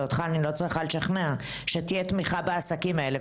אותך אני לא צריכה לשכנע שתהיה תמיכה בעסקים האלה.